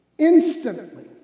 Instantly